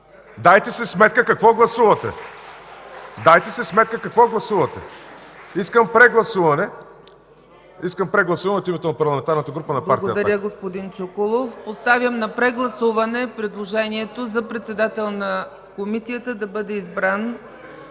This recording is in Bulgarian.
Дайте си сметка какво гласувате! Дайте си сметка какво гласувате! Искам прегласуване от името на Парламентарната група на партия „Атака”.